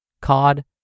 cod